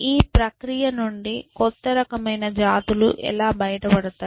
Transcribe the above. ఈ ప్రక్రియ నుండి కొత్త రకమైన జాతులు ఎలా బయటపడతాయి